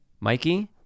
mikey